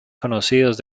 conocidos